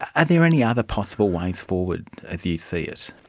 are there any other possible ways forward, as you see it?